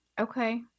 Okay